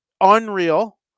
Unreal